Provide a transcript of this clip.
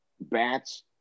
bats